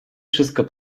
wszystko